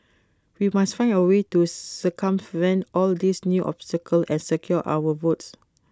we must find A way to circumvent all these new obstacles and secure our votes